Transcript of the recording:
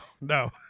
No